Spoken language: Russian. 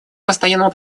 постоянному